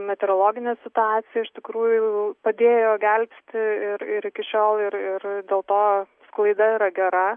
meteorologinė situacija iš tikrųjų padėjo gelbsti ir ir iki šiol ir ir dėl to sklaida yra gera